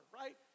right